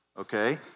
okay